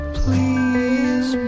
please